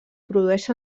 produeix